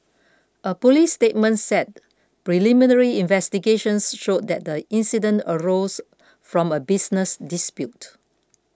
a police statement said preliminary investigations showed that the incident arose from a business dispute